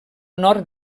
nord